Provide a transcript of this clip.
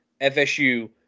FSU